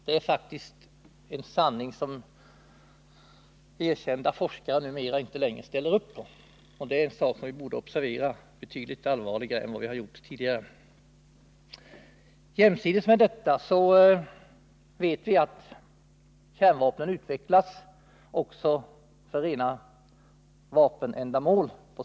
Det är faktiskt en sanning som erkända forskare inte numera längre håller med om. Det är en sak som vi borde observera betydligt allvarligare än vi tidigare har gjort. Vi vet att kärnvapnen utvecklas vid sidan om detta också för rena vapenändamål.